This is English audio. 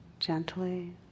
gently